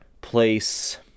place